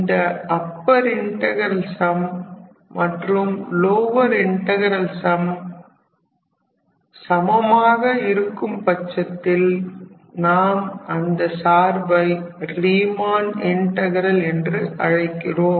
இந்த upper integral sum மற்றும் lower integral sum சமமாக இருக்கும் பட்சத்தில் நாம் அந்த சார்பை ரீமன் இன்டகரல் என்று அழைக்கிறோம்